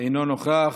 אינו נוכח.